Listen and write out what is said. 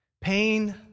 Pain